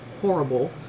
horrible